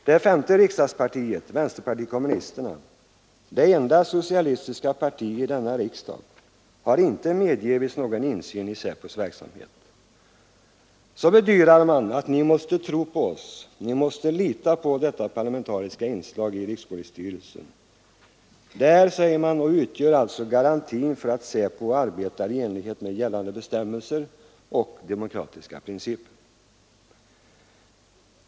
Det femte riksdagspartiet, vänsterpartiet kommunisterna, det enda socialistiska partiet i denna riksdag, har inte medgivits någon insyn i SÄPO:s verksamhet. Så bedyrar man att ni måste tro på oss, ni måste lita på detta parlamentariska inslag i rikspolisstyrelsen. Det utgör garantin för, säger man, att SÄPO arbetar i enlighet med gällande bestämmelser och demokratiska principer.